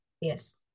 yes